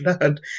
learned